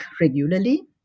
regularly